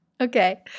okay